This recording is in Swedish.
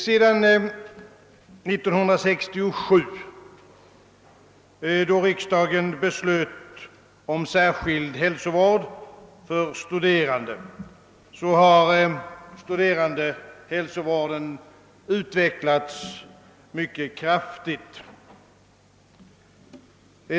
Sedan 1967, då riksdagen beslöt om särskild hälsovård för studerande, har studerandehälsovården utvecklats mycket kraftigt.